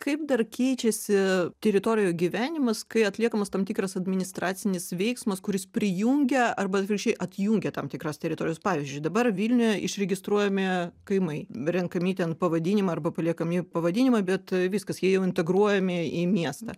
kaip dar keičiasi teritorijų gyvenimas kai atliekamas tam tikras administracinis veiksmas kuris prijungia arba atvirkščiai atjungia tam tikras teritorijas pavyzdžiui dabar vilniuje išregistruojami kaimai renkami ten pavadinimai arba paliekami pavadinimai bet viskas jie jau integruojami į miestą